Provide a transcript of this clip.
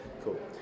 Cool